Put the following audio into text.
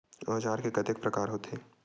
औजार के कतेक प्रकार होथे?